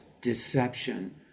deception